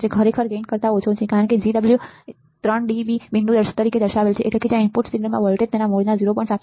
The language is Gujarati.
ખરેખર ગેઇન એક કરતા ઓછો છે કારણ કે GBW 3dB બિંદુ તરીકે દર્શાવેલ છે એટલે કે જ્યાં ઇનપુટ સિગ્નલમાં વોલ્ટેજ તેના મૂળના 0